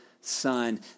son